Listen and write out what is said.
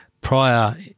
prior